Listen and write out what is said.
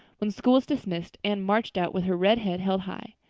when school was dismissed anne marched out with her red head held high.